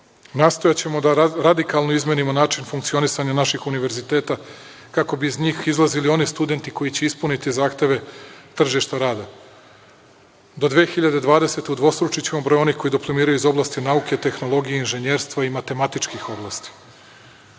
sektoru. Nastojaćemo da radikalno izmenimo način funkcionisanja naših univerziteta, kako bi iz njih izlazili oni studenti koji će ispuniti zahteve tržišta rada. Do 2020. godine udvostručićemo broj onih koji diplomiraju iz oblasti nauke, tehnologije, inženjerstva i matematičkih oblasti.